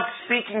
speaking